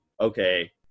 okay